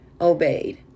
obeyed